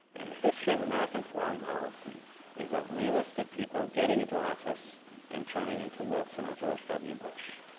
and the history of american foreign policy is of realistic people getting into office and turning into wilson or george w. bush,